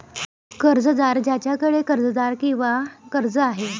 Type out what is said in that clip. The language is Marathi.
कर्जदार ज्याच्याकडे कर्जदार किंवा कर्ज आहे